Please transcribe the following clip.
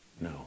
No